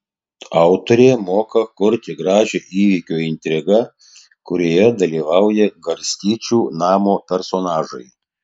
autorė moka kurti gražią įvykio intrigą kurioje dalyvauja garstyčių namo personažai